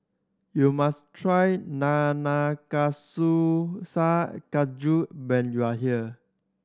you must try Nanakusa Gayu when you are here